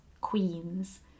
queens